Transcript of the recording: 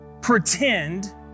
pretend